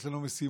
יש לנו משימות.